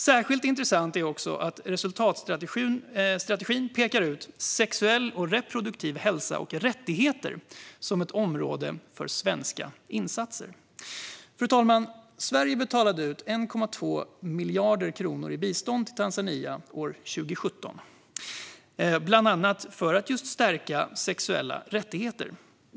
Särskilt intressant är att resultatstrategin pekar ut sexuell och reproduktiv hälsa och rättigheter som ett område för svenska insatser. Sverige betalade ut 1,2 miljarder kronor i bistånd till Tanzania år 2017, fru talman, bland annat för att stärka just sexuella rättigheter.